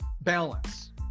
balance